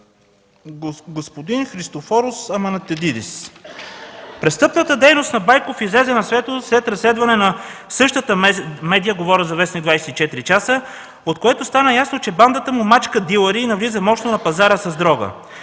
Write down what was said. господин Христофорос Аманатадидис. Престъпната дейност на Байков излезе на светло след разследване на същата медия, говоря за в. „24 часа”, от което стана ясно, че бандата му мачка дилъри и навлиза мощно на пазара с дрога.